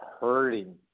hurting